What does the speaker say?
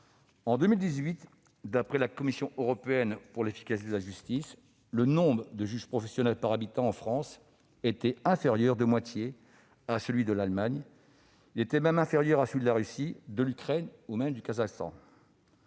En 2018, d'après la Commission européenne pour l'efficacité de la justice, le nombre de juges professionnels par habitant, en France, était inférieur de moitié à celui de l'Allemagne. Il était même inférieur à celui de la Russie, de l'Ukraine ou encore du Kazakhstan.